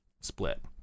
split